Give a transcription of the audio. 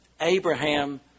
Abraham